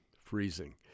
freezing